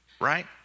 right